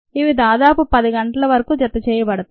ఇవి దాదాపు 10 గంటల వరకు జత చేయబడతాయి